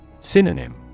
Synonym